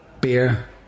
beer